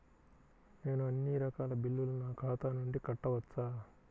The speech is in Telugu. నేను అన్నీ రకాల బిల్లులను నా ఖాతా నుండి కట్టవచ్చా?